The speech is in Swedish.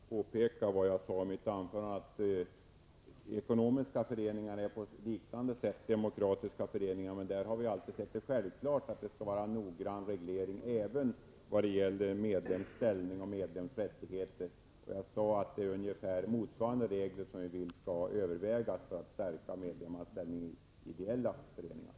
Herr talman! Då vill jag bara påpeka vad jag sade i mitt anförande, nämligen att ekonomiska föreningar på liknande sätt är demokratiska föreningar — men där har vi alltid sett det som självklart att det skall vara noggrann reglering även vad gäller medlems ställning och medlems rättigheter. Jag sade, att det skall övervägas om ungefär motsvarande regler kan införas för att stärka medlemmarnas ställning i ideella föreningar.